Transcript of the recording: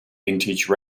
vintage